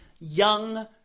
young